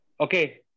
Okay